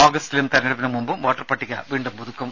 ആഗസ്തിലും തെരഞ്ഞെടുപ്പിന് മുമ്പും വോട്ടർപട്ടിക വീണ്ടും പുതുക്കും